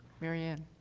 marianne?